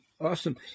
awesome